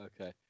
Okay